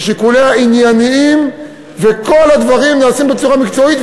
ששיקוליה ענייניים וכל הדברים נעשים בצורה מקצועית,